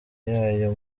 yayo